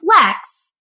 flex